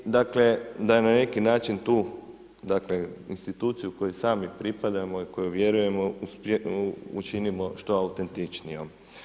Ovaj, dakle, da na neki način tu, dakle, instituciju kojoj sami pripadamo i kojoj vjerujemo učinimo što autentičnijom.